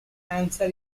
answer